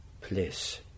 place